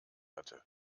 hatte